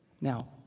Now